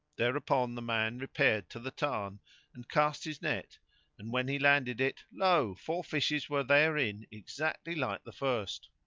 thereupon the man repaired to the tarn and cast his net and when he landed it, lo! four fishes were therein exactly like the first.